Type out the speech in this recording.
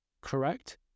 correct